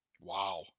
Wow